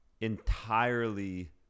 entirely